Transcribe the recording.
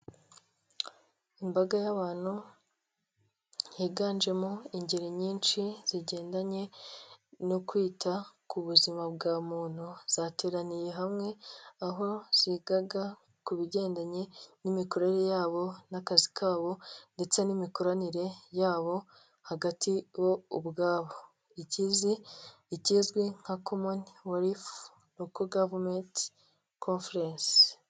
Imbaga y'abantu higanjemo ingeri nyinshi zigendanye no kwita ku buzima bwa muntu, zateraniye hamwe aho zigaga ku bigendanye n'imikorere yabo n'akazi kabo ndetse n'imikoranire yabo hagati bo ubwabo, ikizi igezwi nka commonwealth local government conference.